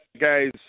guys